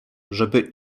żeby